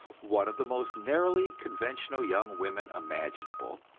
one of the most narrowly conventional young women imaginable,